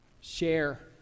Share